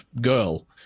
girl